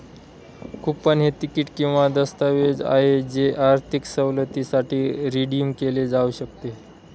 coupon हे तिकीट किंवा दस्तऐवज आहे जे आर्थिक सवलतीसाठी रिडीम केले जाऊ शकते